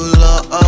love